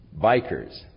bikers